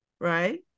Right